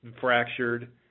fractured